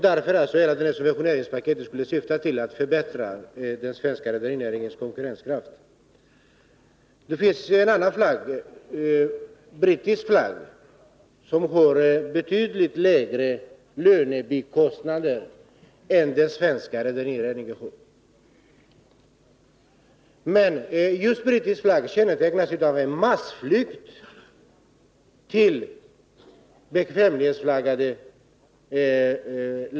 Därför skulle alltså detta subventionspaket syfta till att förbättra den svenska rederinäringens konkurrenskraft. Det finns fartyg under en annan flagg, en brittisk flagg, som har betydligt lägre lönebikostnader än vad den svenska rederinäringen har. Men just fartygen under brittisk flagg kännetecknas av en massflykt till bekvämlighetsflagg.